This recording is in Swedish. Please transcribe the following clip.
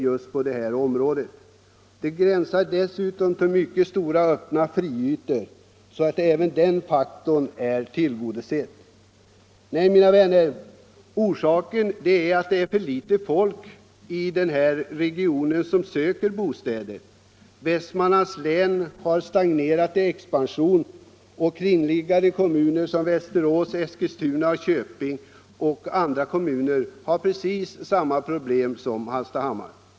Dessutom gränsar det till mycket stora öppna fria ytor. Även de önskemålen är alltså tillgodosedda. Nej, mina vänner, orsaken är att det är för få människor i regionen som söker bostäder. Expansionen i Västmanlands län har stagnerat. Kringliggande kommuner — Västerås, Eskilstuna, Köping och andra — har precis samma problem som Hallstahammar.